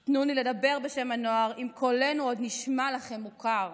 / תנו לי לדבר בשם הנוער / אם קולנו עוד נשמע לכם מוכר.